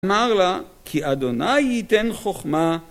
אמר לה, כי ה' ייתן חוכמה